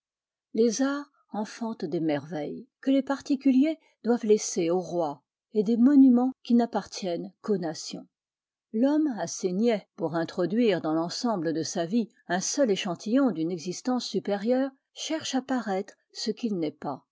les arts enfantent des merveilles que les particuliers doivent laisser aux rois et des monuments qui n'appartiennent qu'aux nations l'homme assez niais pour introduire dans l'ensemble de sa vie un seul échantillon d'une existence supérieure cherche à paraître ce qu'il n'est pas